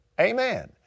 Amen